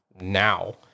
now